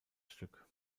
stück